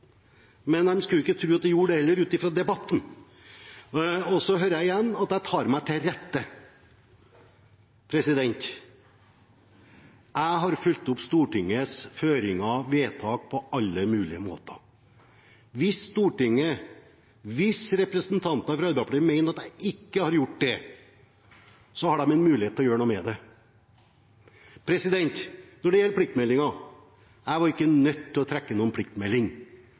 men heller ikke det skulle man tro det gjorde, ut fra debatten. Så hører jeg igjen at jeg «tar meg til rette». Jeg har fulgt opp Stortingets føringer og vedtak på alle mulige måter. Hvis Stortinget, hvis representanter fra Arbeiderpartiet, mener at jeg ikke har gjort det, har de en mulighet til å gjøre noe med det. Når det gjelder pliktmeldingen: Jeg var ikke nødt til å trekke noen pliktmelding.